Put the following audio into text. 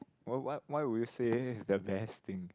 why why why would say is the best thing